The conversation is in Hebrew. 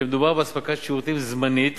שמדובר באספקת שירותים זמנית